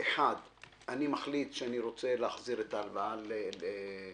1. אני מחליט שאני רוצה להחזיר את ההלוואה בטרם